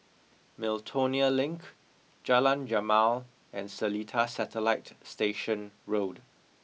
Miltonia Link Jalan Jamal and Seletar Satellite Station Road